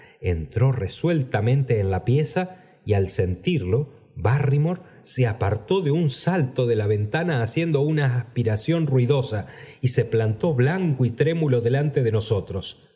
entró resueltamente en la pieza y al sentirlo barrymore se apartó de un salto de la ventana haciendo una aspiración ruidosa y se plantó blanco y trémulo delante de nosotros